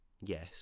Yes